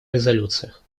резолюциях